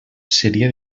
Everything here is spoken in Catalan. seria